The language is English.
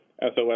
SOS